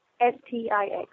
S-T-I-X